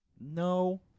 no